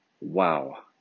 Wow